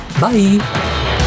Bye